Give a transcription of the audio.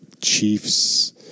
Chiefs